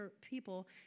people